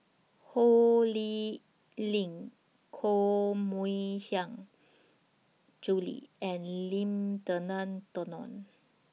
Ho Lee Ling Koh Mui Hiang Julie and Lim Denan Denon